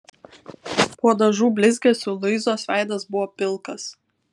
po dažų blizgesiu luizos veidas buvo pilkas